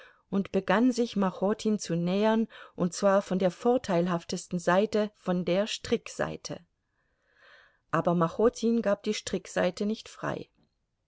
und begann sich machotin zu nähern und zwar von der vorteilhaftesten seite von der strickseite aber machotin gab die strickseite nicht frei